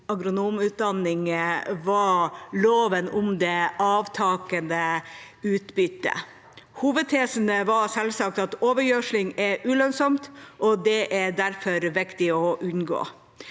agronomutdanning, var loven om det er avtagende utbytte. Hovedtesen var selvsagt at overgjødsling er ulønnsomt, og at det derfor er viktig å unngå.